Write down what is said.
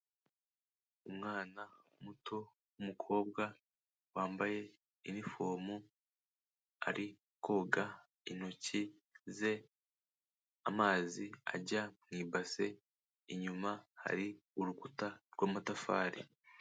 Umwana muto w'umukobwa wambaye inifomu, ari koga intoki ze, amazi ajya mu ibase, inyuma hari urukuta rw'amatafari.